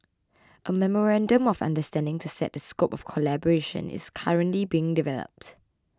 a memorandum of understanding to set the scope of collaboration is currently being developed